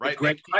right